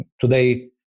today